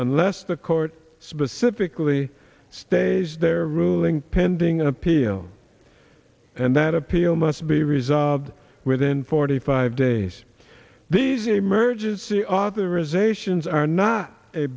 unless the court specifically stays there ruling pending an appeal and the an appeal must be resolved within forty five days these emergency authorisations are not a